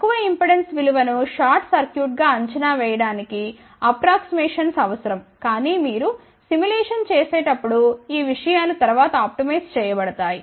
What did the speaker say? తక్కువ ఇంపెడెన్స్ విలువ ను షార్ట్ సర్క్యూట్గా అంచనా వేయడానికి అప్రాక్స్మేషన్స్ అవసరం కానీ మీరు సిములేషన్ చేసేటప్పుడు ఈ విషయాలు తరువాత ఆప్టిమైజ్ చేయబడతాయి